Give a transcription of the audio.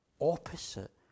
opposite